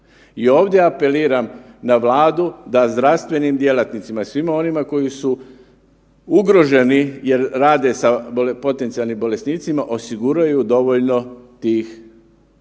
i ovdje apeliram na Vladu da zdravstvenim djelatnicima, svima onima koji su ugroženi jer rade sa potencijalnim bolesnicima, osiguraju dovoljno tih